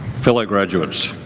fellow graduates,